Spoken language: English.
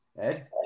Ed